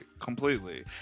Completely